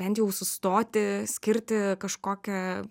bent jau sustoti skirti kažkokią